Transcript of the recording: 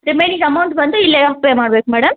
remaining amount ಬಂದು ಇಲ್ಲೆ pay ಮಾಡ್ಬೇಕು ಮೇಡಮ್